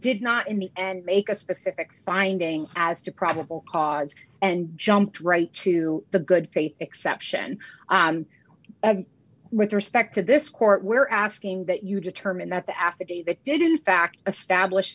did not in me and make a specific finding as to probable cause and jumped right to the good faith exception with respect to this court we're asking that you determine that the affidavit didn't fact establish